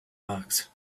bugs